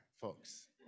folks